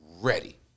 ready